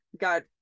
got